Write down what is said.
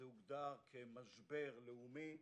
זה הוגדר כמשבר לאומי.